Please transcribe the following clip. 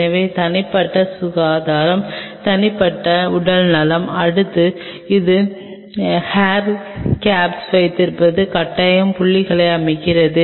எனவே தனிப்பட்ட சுகாதாரம் தனிப்பட்ட உடல்நலம் அடுத்து இது ஹேர் கேப்ஸ் வைத்திருப்பது கட்டாய புள்ளியாக அமைகிறது